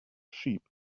sheep